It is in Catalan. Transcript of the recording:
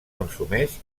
consumeix